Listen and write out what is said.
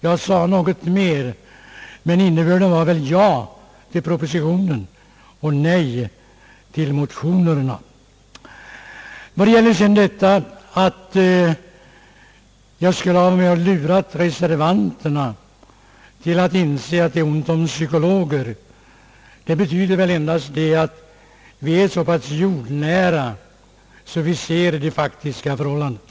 Jag sade något mer, men innebörden var väl ja till propositionen och nej till motionerna. Vad gäller att jag skulle ha varit med om att lura reservanterna till att inse att det är ont om psykologer vill jag säga att det inte kan betyda annat än att vi är så pass jordnära, att vi ser de faktiska förhållandena.